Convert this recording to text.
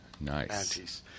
Nice